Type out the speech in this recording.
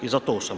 I za to sam.